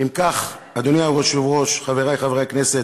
אם כך, אדוני היושב-ראש, חברי חברי הכנסת,